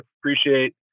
appreciate